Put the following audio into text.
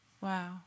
Wow